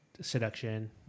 seduction